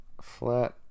Flat